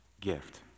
gift